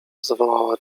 zawołała